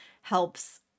helps